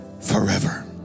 forever